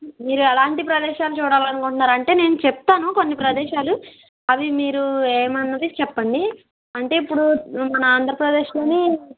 మీరు ఎలాంటి ప్రదేశాలు చూడాలనుకుంటున్నారు అంటే నేను చెప్తాను కొన్ని ప్రదేశాలు అవి మీరు ఏమన్నదీ చెప్పండి అంటే ఇప్పుడు మన ఆంధ్రప్రదేశ్లోని